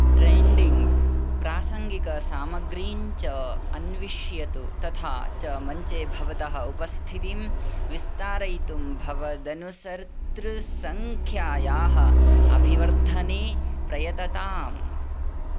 trending प्रासङ्गिकसामग्रीं च अन्विष्यतु तथा च मञ्चे भवतः उपस्थितिं विस्तारयितुं भवदनुसर्तृसङ्ख्यायाः अभिवर्धने प्रयतताम्